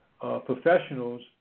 professionals